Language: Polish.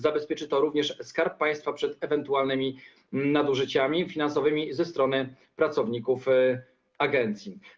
Zabezpieczy to również Skarb Państwa przed ewentualnymi nadużyciami finansowymi ze strony pracowników agencji.